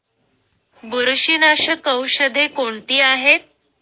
बुरशीनाशक औषधे कोणती आहेत?